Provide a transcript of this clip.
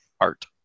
art